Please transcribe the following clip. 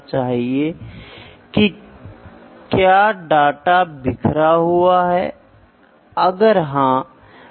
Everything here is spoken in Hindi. इसलिए एक कंट्रोल के डिजाइन के लिए माप तकनीक का अच्छा ज्ञान आवश्यक है